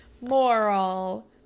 Moral